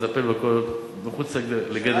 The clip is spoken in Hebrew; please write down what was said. לטפל בכול מחוץ לגדר,